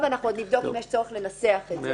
ואנחנו עוד נבדוק אם יש צורך לנסח את זה.